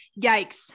yikes